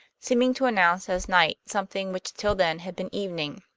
seeming to announce as night something which till then had been evening.